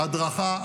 הדרכה,